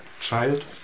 child